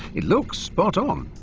it looks spot on.